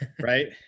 Right